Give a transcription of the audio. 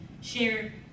share